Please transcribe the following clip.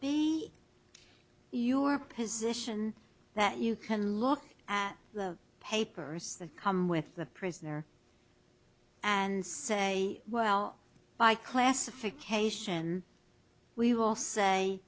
be your position that you can look at the papers that come with the prisoner and say well by classification we will say